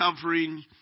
covering